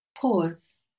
Pause